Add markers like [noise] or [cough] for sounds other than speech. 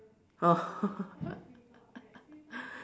oh [laughs]